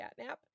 Catnap